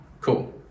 Cool